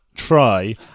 try